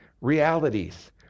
realities